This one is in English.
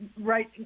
right